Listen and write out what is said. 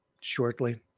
shortly